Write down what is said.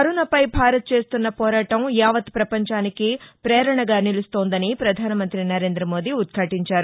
కరోనాపై భారత్ చేస్తున్న పోరాటం యావత్ ప్రపంచానికి పేరణగా నిలుస్తోందని ప్రధానమంత్రి సరేంద్ర మోదీ ఉదాదించారు